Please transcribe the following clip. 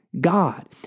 God